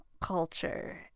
culture